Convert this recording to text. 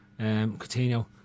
Coutinho